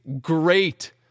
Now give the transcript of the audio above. great